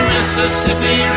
Mississippi